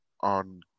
on